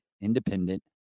Independent